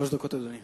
שבאמת כואבים לנו,